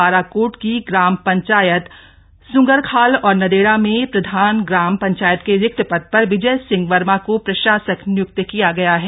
बाराकोट की ग्राम पंचायत संगरखाल और नदेड़ा में प्रधान ग्राम पंचायत के रिक्त पद पर विजय सिंह वर्मा को प्रशासक नियुक्त किया गया है